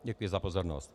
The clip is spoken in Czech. Děkuji za pozornost.